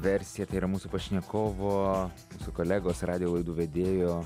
versija tai yra mūsų pašnekovo mūsų kolegos radijo laidų vedėjo